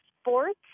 sports